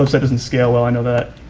website doesn't scale well i know that.